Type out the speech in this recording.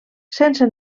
sense